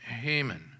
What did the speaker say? Haman